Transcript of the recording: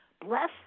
bless